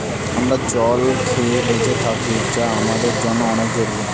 আমরা জল খেয়ে বেঁচে থাকি যা আমাদের জন্যে অনেক জরুরি